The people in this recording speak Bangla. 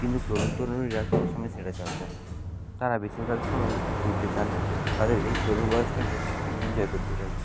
কিন্তু তরুণ তরুণীরা সবসময় সেটা না তারা বেশিরভাগ সময়ই ঘুরতে চান তাদের এই তরুণ বয়সটাকে ইনজয় করতে চায়